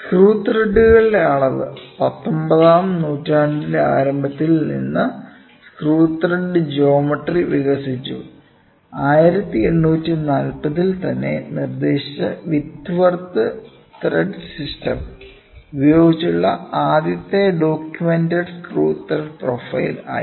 screw ത്രെഡുകളുടെ അളവ് പത്തൊൻപതാം നൂറ്റാണ്ടിന്റെ ആരംഭത്തിൽ നിന്ന് സ്ക്രൂ ത്രെഡ് ജോമട്രി വികസിച്ചു 1840 ൽ തന്നെ നിർദ്ദേശിച്ച വിറ്റ്വർത്ത് ത്രെഡ് സിസ്റ്റം ഉപയോഗത്തിലുള്ള ആദ്യത്തെ ഡോക്യുമെന്റഡ് സ്ക്രൂ ത്രെഡ് പ്രൊഫൈൽ ആയി